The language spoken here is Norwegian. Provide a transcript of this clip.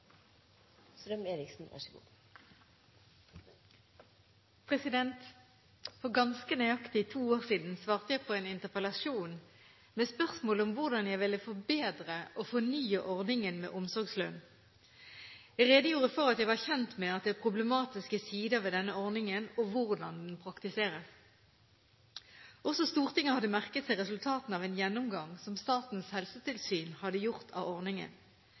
For ganske nøyaktig to år siden svarte jeg på en interpellasjon med spørsmål om hvordan jeg ville forbedre og fornye ordningen med omsorgslønn. Jeg redegjorde for at jeg var kjent med at det er problematiske sider ved denne ordningen og hvordan den praktiseres. Også Stortinget hadde merket seg resultatene av en gjennomgang som Statens helsetilsyn hadde gjort av ordningen.